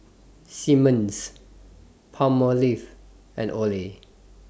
Simmons Palmolive and Olay